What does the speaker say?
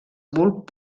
bulb